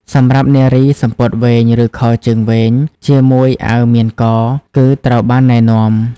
សម្រាប់នារី សំពត់វែង ឬខោជើងវែងជាមួយអាវមានក គឺត្រូវបានណែនាំ។